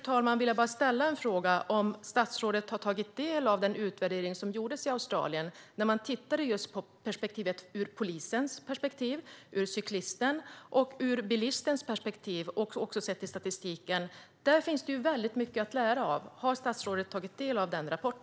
Jag vill bara ställa en fråga: Har statsrådet tagit del av den utvärdering som gjordes i Australien där man tittade på frågan ur polisens perspektiv, ur cyklistens perspektiv och ur bilistens perspektiv? Man hade också sett till statistiken. Detta finns det mycket att lära av. Har statsrådet tagit del av denna rapport?